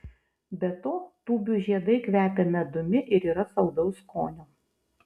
be to tūbių žiedai kvepia medumi ir yra saldaus skonio